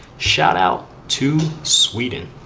shout out to. sweden!